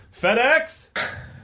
FedEx